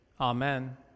amen